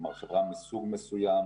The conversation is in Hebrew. כלומר חברה מסוג מסוים